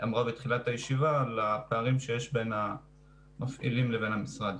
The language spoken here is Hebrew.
אמרה בתחילת הישיבה לפערים שיש בין המפעילים לבין המשרד.